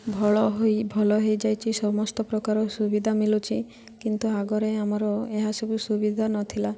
ଭଲ ହୋଇ ଭଲ ହେଇଯାଇଛି ସମସ୍ତ ପ୍ରକାର ସୁବିଧା ମିଳୁଛି କିନ୍ତୁ ଆଗରେ ଆମର ଏହାସବୁ ସୁବିଧା ନଥିଲା